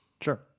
Sure